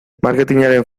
marketingaren